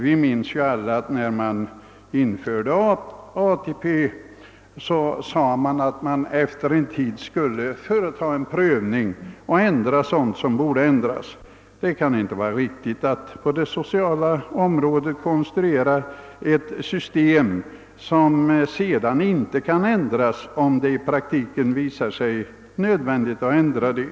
Vi minns ju alla, att man när ATP infördes sade att man efter en tid skulle företa en prövning och ändra sådant som borde ändras. Det kan inte vara riktigt att man på det sociala området konstruerar ett system, som sedan inte kan ändras, om det i praktiken visar sid nödvändigt att göra det.